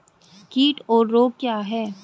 कीट और रोग क्या हैं?